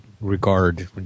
regard